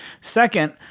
second